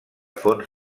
fonts